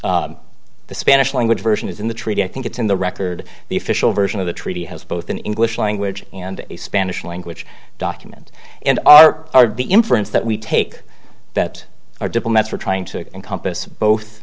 so the spanish language version is in the treaty i think it's in the record the official version of the treaty has both an english language and a spanish language document and are the inference that we take that our diplomats are trying to encompass both